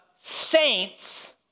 saints